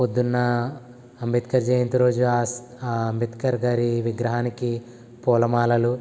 పొద్దున్న అంబేద్కర్ జయంతి రోజు ఆ స్ ఆ అంబేద్కర్ గారి విగ్రహానికి పూలమాలలు